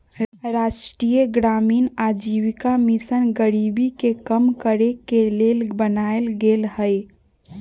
राष्ट्रीय ग्रामीण आजीविका मिशन गरीबी के कम करेके के लेल बनाएल गेल हइ